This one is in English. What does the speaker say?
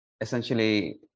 essentially